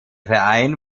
verein